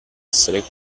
essere